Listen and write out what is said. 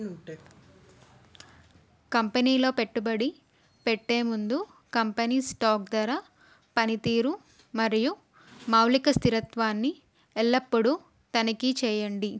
కంపెనీలో పెట్టుబడి పెట్టే ముందు కంపెనీస్ స్టాక్ ధర పనితీరు మరియు మౌలిక స్థిరత్వాన్ని ఎల్లప్పుడు తనిఖీ చేయండి